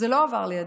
זה לא עבר לידי,